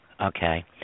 Okay